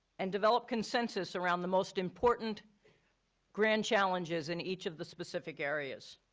and develop consensus around the most important grand challenges in each of the specific areas.